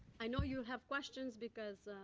i know you'll have questions because.